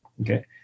Okay